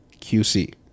QC